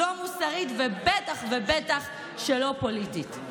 לא מוסרית ובטח ובטח שלא פוליטית.